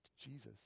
Jesus